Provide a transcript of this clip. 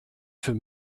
für